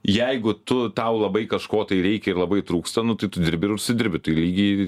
jeigu tu tau labai kažko tai reikia ir labai trūksta nu tai tu dirbi ir užsidirbi tai lygiai